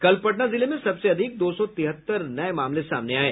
कल पटना जिले में सबसे अधिक दो सौ तिहत्तर नये मामले सामने आये